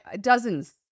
dozens